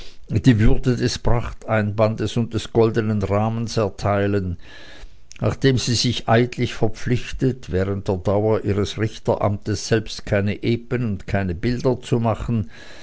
die würde des prachteinbandes und des goldenen rahmens erteilen nachdem sie sich eidlich verpflichtet während der dauer ihres richteramtes selbst keine epen und keine bilder zu machen